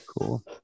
Cool